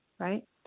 Right